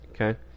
Okay